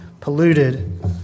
polluted